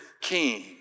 king